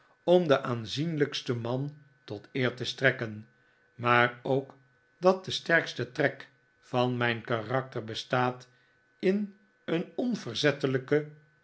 om den aanzienlijksten man tot eer te strekken maar ook dat de sterkste trek van mijn karakter bestaat in een onverzettelijke